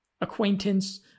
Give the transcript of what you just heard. acquaintance